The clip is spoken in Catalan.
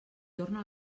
torna